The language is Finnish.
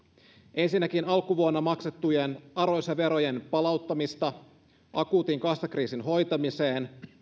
ensinnäkin alkuvuonna maksettujen arvonlisäverojen palauttamista akuutin kassakriisin hoitamiseen